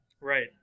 Right